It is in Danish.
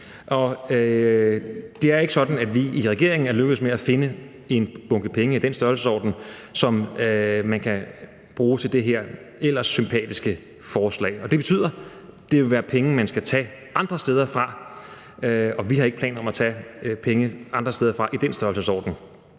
Det er ikke sådan, at vi i regeringen er lykkedes med at finde en bunke penge i den størrelsesorden, som man kan bruge til det her ellers sympatiske forslag. Det betyder, at det vil være penge, man skal tage andre steder fra, og vi har ikke planer om at tage penge andre steder fra i den størrelsesorden.